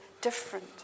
different